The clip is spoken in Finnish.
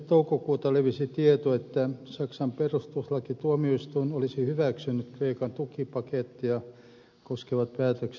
toukokuuta levisi tieto että saksan perustuslakituomioistuin olisi hyväksynyt kreikan tukipakettia koskevat päätökset saksassa